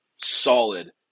solid